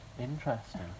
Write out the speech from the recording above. Interesting